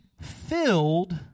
filled